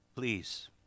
Please